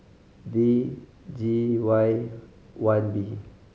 V G Y one B